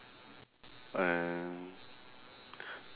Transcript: and